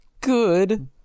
Good